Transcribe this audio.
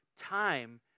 time